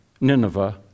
Nineveh